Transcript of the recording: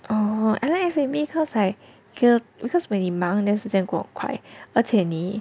oh I like F&B cause like k~ because when 你忙 then 时间过很快而且你